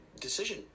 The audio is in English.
decision